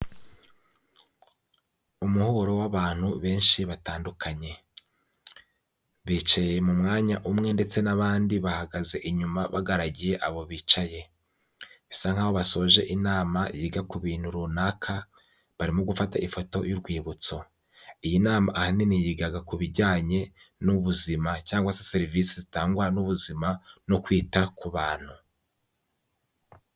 Umuhuro w'abantu benshi batandukanye. Bicaye mu mwanya umwe, ndetse n'abandi bahagaze inyuma bagaragiye abo bicaye. Bisa nk'aho basoje inama yiga ku bintu runaka, barimo gufata ifoto y'urwibutso. Iyi nama ahanini yigaga ku bijyanye n'ubuzima, cyangwa se serivisi zitangwa n'ubuzima, no kwita ku bantu.